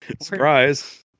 Surprise